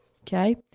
okay